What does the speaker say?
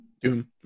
Doom